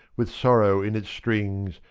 with sorrow in its strings,